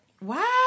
Wow